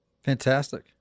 Fantastic